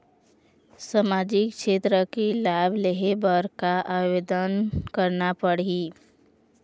सामाजिक क्षेत्र के लाभ लेहे बर का आवेदन करना पड़ही?